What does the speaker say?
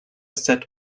set